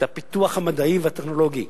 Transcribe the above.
את הפיתוח המדעי והטכנולוגי,